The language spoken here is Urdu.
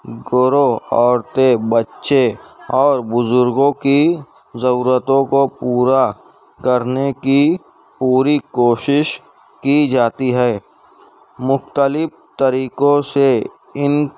گرو عورتیں بچے اور بزرگوں کی ضرورتوں کو پورا کرنے کی پوری کوشش کی جاتی ہے مختلف طریقوں سے ان